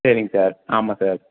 சரிங்க சார் ஆமாம் சார்